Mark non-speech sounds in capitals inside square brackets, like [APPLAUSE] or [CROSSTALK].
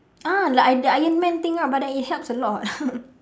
ah like the ironman thing ah but that it helps a lot [LAUGHS]